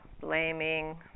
blaming